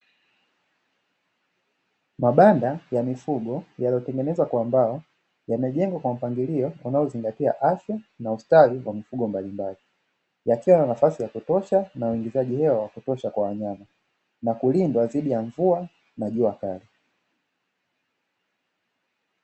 Mabanda ya mifugo yaliyotengenezwa kwa mbao, yamejengwa kwa mpangilio unaozingatia afya na ustawi wa mifugo mbalimbali. Yakiwa na nafasi ya kutosha uingizaji hewa wa kutosha kwa wanyama, na kulindwa dhidi ya mvua na jua kali.